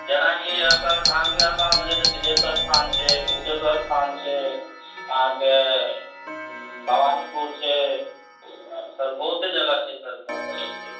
जेनाकि आब सर धार्मिक स्थानमे जे कि विदेशर स्थान छै कुशेश्वर स्थान छै अहाँके भवानीपुर छै सर आओर बहुते जगह छै सर